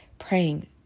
praying